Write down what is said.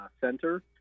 center